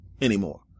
anymore